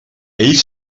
ell